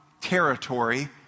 territory